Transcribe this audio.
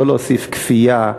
לא להוסיף כפייה,